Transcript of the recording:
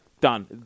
done